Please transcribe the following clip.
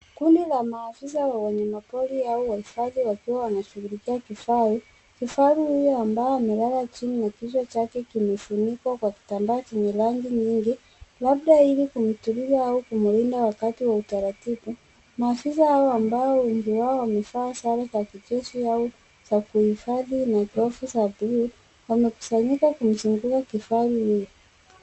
Kundi la maafisa wa wanyama pori au wahifadhi wakiwa wanashughulikia kifaru. Kifaru huyo ambaye amelala chini na kichwa chake kimefunikwa kwa kitambaa chenye rangi nyingi labda ili kumtuliza au kumlinda wakati wa utaratibu. Maafisa hao ambao wengi wao wamevaa sare za kijeshi au za kuhifadhi na glavu za buluu wamekusanyika wamemzunguka kifaru huyu.